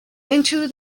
into